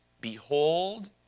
Behold